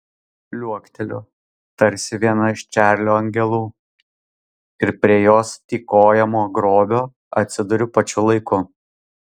liuokteliu tarsi viena iš čarlio angelų ir prie jos tykojamo grobio atsiduriu pačiu laiku